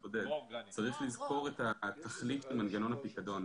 לומר שצריך לזכור את תכלית מנגנון הפיקדון.